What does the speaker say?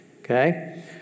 Okay